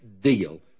deal